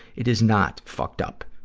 it is not fucked up.